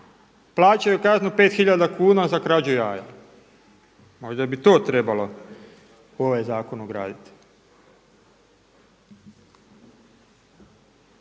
plaćaju kaznu 5 hiljada kuna za krađu jaja. Možda bi to trebalo u ovaj zakon ugraditi.